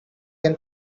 can